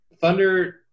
Thunder